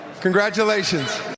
congratulations